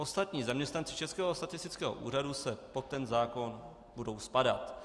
Ostatní zaměstnanci Českého statistického úřadu pod ten zákon budou spadat.